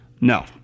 No